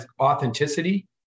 authenticity